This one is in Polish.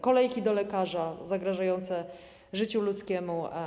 Kolejki do lekarza zagrażają życiu ludzkiemu.